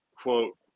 quote